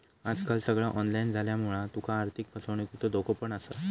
आजकाल सगळा ऑनलाईन झाल्यामुळा तुका आर्थिक फसवणुकीचो धोको पण असा